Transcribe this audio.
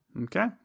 Okay